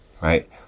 right